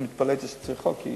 אני התפלאתי שצריך חוק, כי